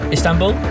Istanbul